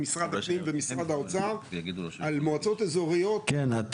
משרד הפנים ומשרד האוצר על מועצות אזוריות --- כן,